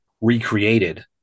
recreated